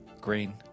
Green